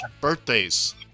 birthdays